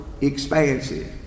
expansive